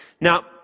Now